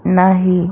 नाही